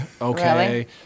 okay